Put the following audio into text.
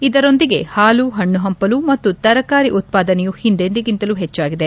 ಇದರೊಂದಿಗೆ ಹಾಲು ಹಣ್ಣು ಪಂಪಲು ಮತ್ತು ತರಕಾರಿ ಉತ್ತಾದನೆಯೂ ಹಿಂದೆಂದಿಗಿಂತಲೂ ಹೆಚ್ಚಾಗಿದೆ